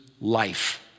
life